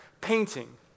painting